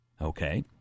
Okay